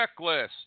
checklist